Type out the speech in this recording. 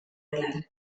gelan